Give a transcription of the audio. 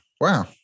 Wow